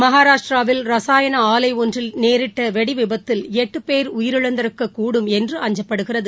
மகராஷ்டிராவில் ரசாயன ஆலை ஒன்றில் நேரிட்ட வெடி விபத்தில் எட்டு பேர் உயிரிழந்திருக்கக்கூடும் என்று அஞ்சப்படுகிறது